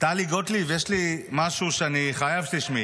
טלי גוטליב, יש לי משהו שאני חייב שתשמעי.